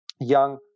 young